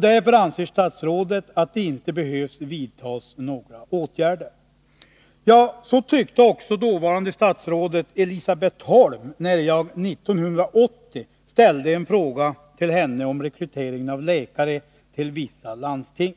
Därför anser statsrådet att det inte behöver vidtas några åtgärder. Ja, så tyckte också förra statsrådet Elisabet Holm, när jag 1980 ställde en fråga till henne om rekryteringen av läkare till vissa landsting.